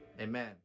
amen